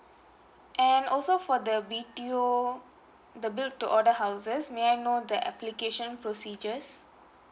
and also for the B_T_O the built to order houses may I know the application procedures